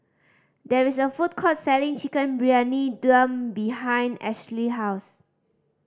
there is a food court selling Chicken Briyani Dum behind Ashlee's house